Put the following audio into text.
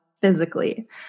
physically